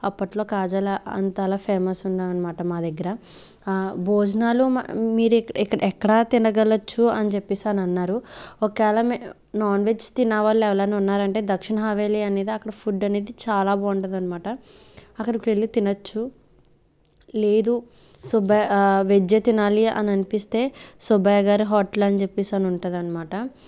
అప్పట్లో కాజాల అంతలా ఫేమస్ ఉన్నారన్నమాట మా దగ్గర భోజనాలు మీరు ఇక్కడ ఎక్కడ తినగలచ్చు అని చెప్పేసి అని అన్నారు ఒకవేలా మీ నాన్ వెజ్ తినేవారు ఎవరైనా ఉన్నారా అంటే దక్షిణ హవేలీ అనేది అక్కడ ఫుడ్ అనేది చాలా బాగుంటది అనమాట అక్కడికి వెళ్ళి తినొచ్చు లేదు సుబ్బయ్య వెజ్ ఏ తినాలి అని అనిపిస్తే సుబ్బయ్య గారి హోటల్ అని చెప్పేసి అని ఉంటుంది అనమాట